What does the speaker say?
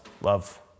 love